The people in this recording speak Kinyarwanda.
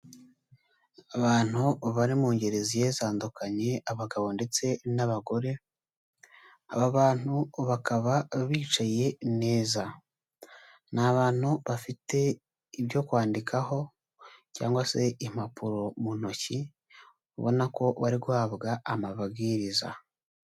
Abantu bari mu ngeri zigiye zitandukanye abagabo ndetse n'abagore, aba bantu bakaba bicaye neza, ni abantu bafite ibyo kwandikaho cyangwa se impapuro mu ntoki, ubona ko bari guhabwa amabwiriza.